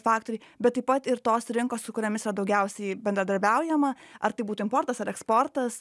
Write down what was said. faktoriai bet taip pat ir tos rinkos su kuriomis yra daugiausiai bendradarbiaujama ar tai būtų importas ar eksportas